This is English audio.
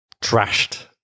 trashed